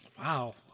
Wow